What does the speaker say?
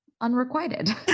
unrequited